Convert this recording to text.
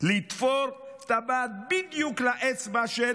לתפור טבעת בדיוק לאצבע של